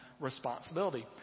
responsibility